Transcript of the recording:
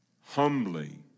Humbly